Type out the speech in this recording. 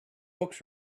books